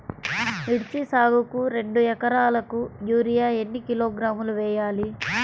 మిర్చి సాగుకు రెండు ఏకరాలకు యూరియా ఏన్ని కిలోగ్రాములు వేయాలి?